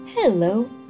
Hello